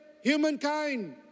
humankind